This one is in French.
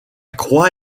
croix